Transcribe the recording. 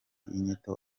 inyito